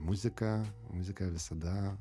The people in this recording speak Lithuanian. muzika muzika visada